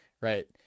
right